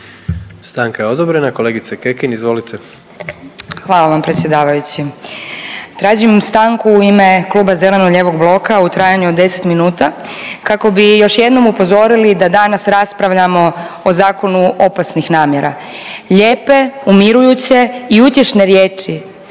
Stanka je odobrena. Kolegice Kekin, izvolite. **Kekin, Ivana (NL)** Hvala vam predsjedavajući. Tražim stanku u ime kluba Zeleno-lijevog bloka u trajanju od 10 minuta kako bi još jednom upozorili da danas raspravljamo o Zakonu opasnih namjera. Lijepe, umirujuće i utješne riječi